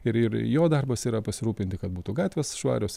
ir ir jo darbas yra pasirūpinti kad būtų gatvės švarios